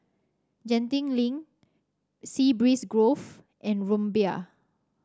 Genting Link Sea Breeze Grove and Rumbia